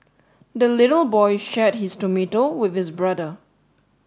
the little boy shared his tomato with his brother